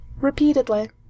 Repeatedly